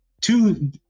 two